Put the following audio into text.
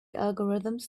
algorithms